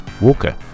Walker